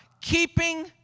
Keeping